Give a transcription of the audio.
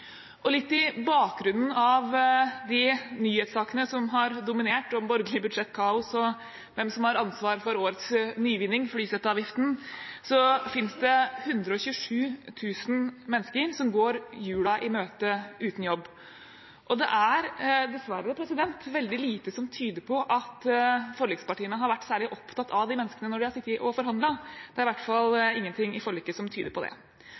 bærekraftig. Litt i bakgrunnen av de nyhetssakene som har dominert, om borgerlig budsjettkaos og hvem som har ansvaret for årets nyvinning, flyseteavgiften, finnes det 127 000 mennesker som går jula i møte uten jobb. Det er dessverre veldig lite som tyder på at forlikspartiene har vært særlig opptatt av de menneskene når de har sittet og forhandlet. Det er i hvert fall ingenting i forliket som tyder på det.